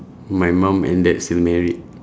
my mum and dad still married